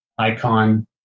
Icon